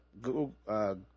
Google